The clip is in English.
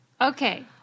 Okay